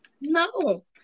No